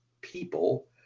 people